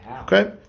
Okay